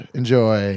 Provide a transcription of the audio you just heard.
Enjoy